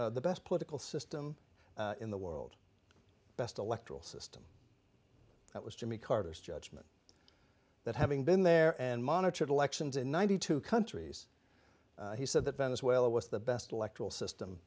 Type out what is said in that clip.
the best political system in the world best electoral system that was jimmy carter's judgment that having been there and monitored elections in ninety two countries he said that venezuela was the best electoral system